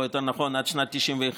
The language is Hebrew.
או יותר נכון עד שנת 1991,